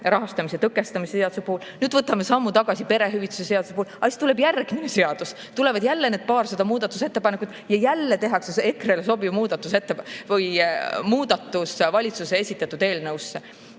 rahastamise tõkestamise seaduse puhul, nüüd võtame sammu tagasi perehüvitiste seaduse puhul. Aga siis tuleb järgmine seadus, tulevad jälle need paarsada muudatusettepanekut ja jälle tehakse EKRE-le sobiv muudatus valitsuse esitatud eelnõusse. See